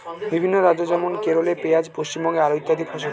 বিভিন্ন রাজ্য যেমন কেরলে পেঁয়াজ, পশ্চিমবঙ্গে আলু ইত্যাদি ফসল হয়